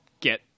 get